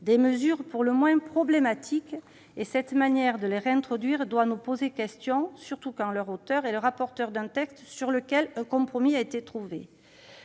dispositions pour le moins problématiques, et cette manière de les réintroduire doit nous interroger, surtout quand leur auteur est le rapporteur d'un texte sur lequel un compromis a été trouvé